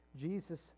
Jesus